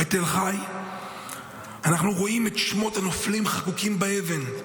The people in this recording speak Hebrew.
בתל חי אנחנו רואים את שמות הנופלים חקוקים באבן.